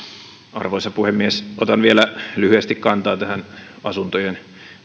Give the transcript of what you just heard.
arvoisa puhemies otan vielä lyhyesti kantaa näihin asuntojen